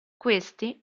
questi